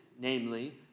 namely